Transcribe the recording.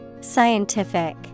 Scientific